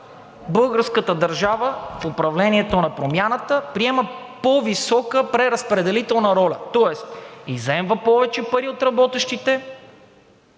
българската държава, в управлението на Промяната, приема по-висока преразпределителна роля, тоест изземва повече пари от работещите,